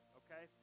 okay